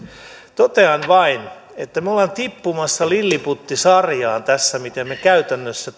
totean vain että me olemme tippumassa lilliputtisarjaan tässä miten me käytännössä